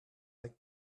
like